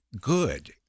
good